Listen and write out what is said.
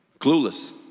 clueless